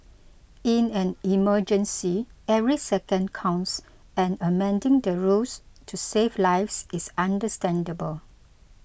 in an emergency every second counts and amending the rules to save lives is understandable